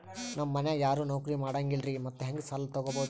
ನಮ್ ಮನ್ಯಾಗ ಯಾರೂ ನೌಕ್ರಿ ಮಾಡಂಗಿಲ್ಲ್ರಿ ಮತ್ತೆಹೆಂಗ ಸಾಲಾ ತೊಗೊಬೌದು?